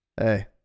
Hey